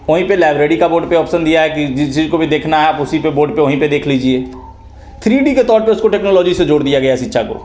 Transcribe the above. वही पर लाइब्रेरी का बोर्ड पर ऑप्सन दिया है कि जिसको भी देखना है आप उसी पर बोर्ड पर आप वही पर देख लीजिए थ्री डी के तौर पर उसको टेक्नोलॉजी से जोड़ दिया गया है सिक्षा को